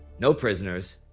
no prisoners,